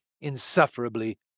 insufferably